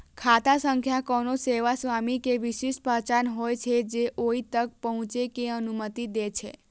खाता संख्या कोनो सेवा स्वामी के विशिष्ट पहचान होइ छै, जे ओइ तक पहुंचै के अनुमति दै छै